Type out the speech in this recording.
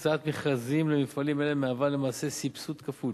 הקצאת מכרזים למפעלים אלה מהווה למעשה סבסוד כפול,